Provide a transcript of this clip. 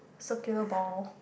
circular ball